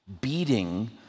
beating